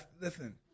Listen